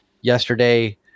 yesterday